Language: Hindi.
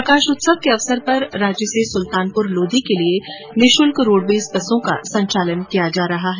प्रकाश उत्सव के अवसर पर राज्य से सुल्तानपुर लोधी के लिए मुफ्त रोडवेज बसों का संचालन किया जा रहा है